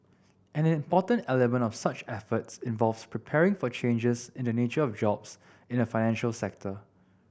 an important element of such efforts involves preparing for changes in the nature of jobs in the financial sector